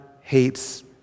hates